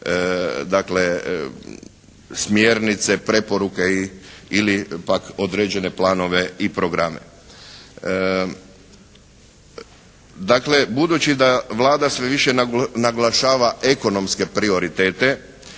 dakle smjernice, preporuke i, ili pak određene planove i programe. Dakle budući da Vlada sve više naglašava ekonomske prioritete